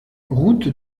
route